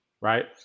Right